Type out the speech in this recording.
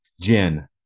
Jen